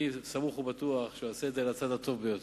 אני סמוך ובטוח שהוא יעשה את זה על הצד הטוב ביותר.